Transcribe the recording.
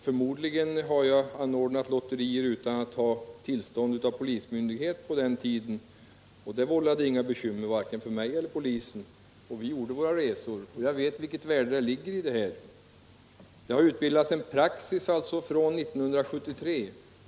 Förmodligen har jag på den tiden anordnat lotterier utan att ha tillstånd av polismyndighet, och det vållade inga bekymmer, vare sig för mig eller för polisen. Vi gjorde våra resor, och jag vet vilket värde som ligger i dem. Det har alltså utbildats en praxis efter 1973.